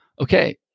okay